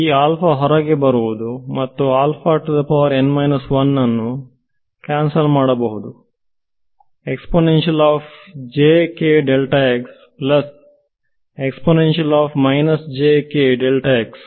ಈ ಆಲ್ಫಾ ಹೊರಗೆ ಬರುವುದು ನಾನು ಅನ್ನು ಕ್ಯಾನ್ಸಲ್ ಮಾಡುವೆ ಏನು